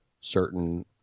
certain